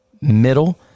middle